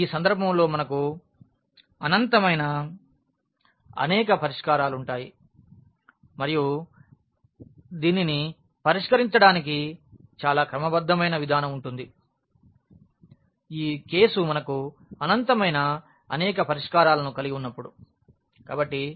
ఈ సందర్భంలో మనకు అనంతమైన అనేక పరిష్కారాలు ఉంటాయి మరియు దీనిని పరిష్కరించడానికి చాలా క్రమబద్ధమైన విధానం ఉంటుంది ఈ కేసు మనకు అనంతమైన అనేక పరిష్కారాలను కలిగి ఉంటుంది